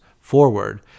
forward